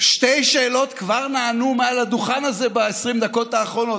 שתי שאלות כבר נענו מעל הדוכן הזה ב-20 דקות האחרונות.